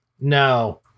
No